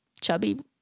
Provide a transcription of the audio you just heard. chubby